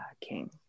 king